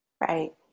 Right